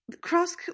cross